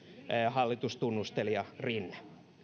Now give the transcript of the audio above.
hallitustunnustelija rinne